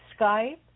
Skype